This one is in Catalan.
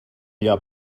allò